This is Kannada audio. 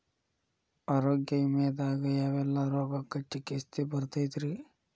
ಆರೋಗ್ಯ ವಿಮೆದಾಗ ಯಾವೆಲ್ಲ ರೋಗಕ್ಕ ಚಿಕಿತ್ಸಿ ಬರ್ತೈತ್ರಿ?